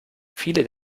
viele